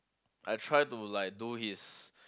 I try to like do his